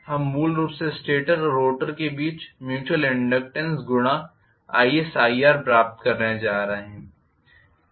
हम मूल रूप से स्टेटर और रोटर के बीच म्यूच्युयल इनडक्टेन्स गुणा is और ir प्राप्त करने जा रहें हैं